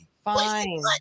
fine